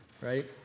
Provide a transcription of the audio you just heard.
right